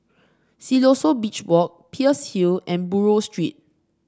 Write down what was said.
Siloso Beach Walk Peirce Hill and Buroh Street